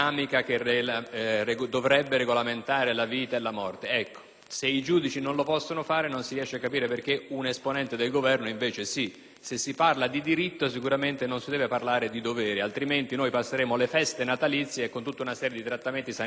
però i giudici non lo possono fare, non si riesce a capire il motivo per cui un esponente del Governo lo possa fare. Se si parla di diritto, sicuramente non si deve parlare di dovere; altrimenti trascorreremo le feste natalizie con una serie di trattamenti sanitari obbligatori che rovineranno - quelli sì - le feste di molti italiani! [MARINO